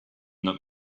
that